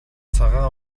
цагаан